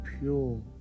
pure